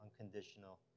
unconditional